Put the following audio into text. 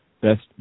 best